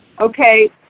Okay